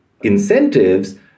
incentives